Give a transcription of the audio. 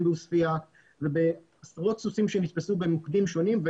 בעוספיא ובעשרות סוסים שנתפסו במוקדים שונים.